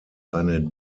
eine